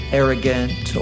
arrogant